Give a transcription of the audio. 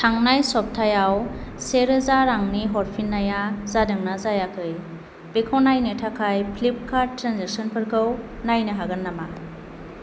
थांनाय सप्ताहयाव से रोजा रांनि हरफिन्नाया जादोंना जायाखै बेखौ नायनो थाखाय फ्लिपकार्ट ट्रेन्जेकसनफोरखौ नायनो हागोन नामा